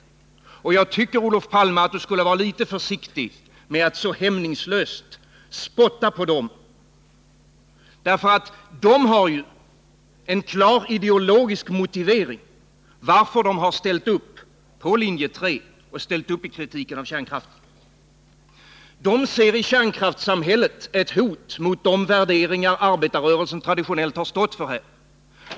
Jag tycker att Olof Palme borde vara litet försiktig med att så hämningslöst spotta på dem. De har ju en klar ideologisk motivering för att de har ställt upp på linje 3, ställt upp i kritiken mot kärnkraften. De ser i kärnkraftssamhället ett hot mot de värderingar som arbetarrörelsen traditionellt har stått för.